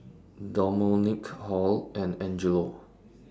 Domonique Hall and Angelo